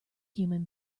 human